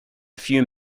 few